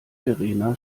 verena